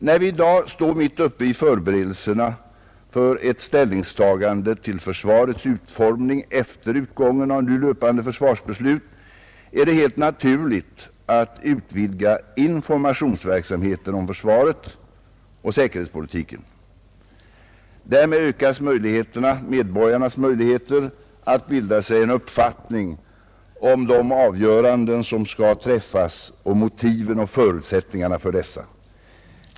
När vi i dag står mitt uppe i förberedelserna för ett ställningstagande till försvarets utformning efter utgången av nu löpande försvarsbeslut är det helt naturligt att utvidga informationsverksamheten om försvaret och säkerhetspolitiken. Därmed ökas medborgarnas möjligheter att bilda sig en uppfattning om de avgöranden som skall träffas och motiven och förutsättningarna för dessa.